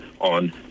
on